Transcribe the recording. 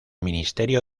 ministerio